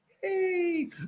Hey